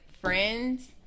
friends